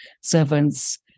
servants